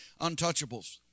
untouchables